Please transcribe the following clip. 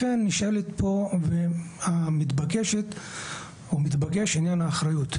לכן נשאל ומתבקש פה עניין האחריות,